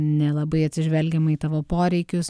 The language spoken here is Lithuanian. nelabai atsižvelgiama į tavo poreikius